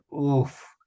oof